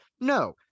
No